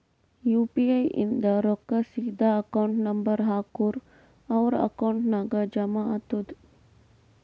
you P I ಇಂದ್ ರೊಕ್ಕಾ ಸೀದಾ ಅಕೌಂಟ್ ನಂಬರ್ ಹಾಕೂರ್ ಅವ್ರ ಅಕೌಂಟ್ ನಾಗ್ ಜಮಾ ಆತುದ್